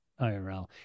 IRL